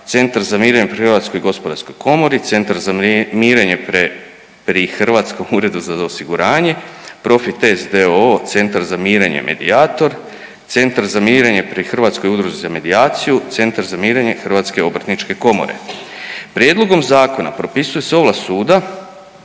Centar za mirenje pri HGK, Centar za mirenje pri Hrvatskom uredu za osiguranje, Profitest d.o.o., Centar za mirenje Medijator, Centar za mirenje pri Hrvatskoj udruzi za medijaciju, Centar za mirenje Hrvatske obrtničke komore. Prijedlogom zakona propisuje se ovlast suda